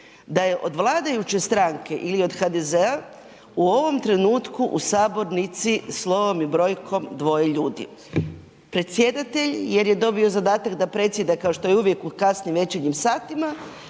da je od vladajuće stranke ili od HDZ-a u ovom trenutku u sabornici slovom i brojkom dvoje ljudi, predsjedatelj jer je dobio zadatak da predsjeda kao što je uvijek u kasnim večernjim satima